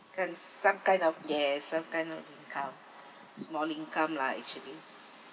earn some kind of yes sometime no income small income lah actually